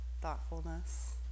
thoughtfulness